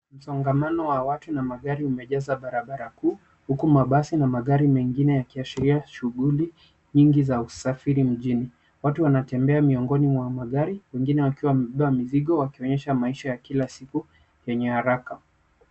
Msongamano wa watu na magari imejaza barabara kuu huku mabasi na magari mengine yakiashiria shughuli nyingi za usafiri mjini. Watu wanatembea miongoni mwa magari wengine wakiwa wamebeba mizigo wakionyesha maisha ya kila siku yenye haraka.